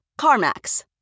CarMax